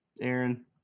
Aaron